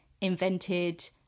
invented